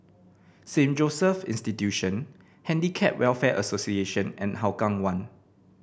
Saint Joseph's Institution Handicap Welfare Association and Hougang One